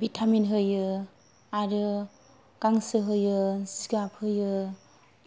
vitamin होयो आरो गांसो होयो जिगाब होयो